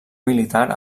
militar